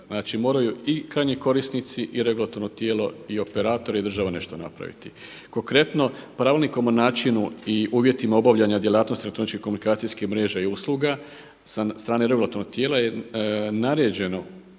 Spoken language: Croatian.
Znači moraju i krajnji korisnici i regulatorno tijelo i operator i država nešto napraviti. Konkretno pravilnikom o načinu i uvjetima obavljanja djelatnosti elektroničkih komunikacijskih mreža i usluga sa strane regulatornih tijela je naređeno